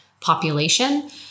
population